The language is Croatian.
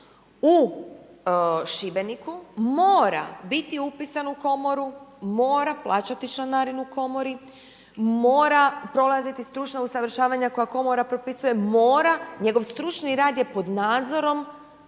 u Šibeniku mora biti upisan u Komoru, mora plaćati članarinu Komori, mora prolaziti stručna usavršavanja koja Komora propisuje, mora, njegov stručni rad je pod nadzorom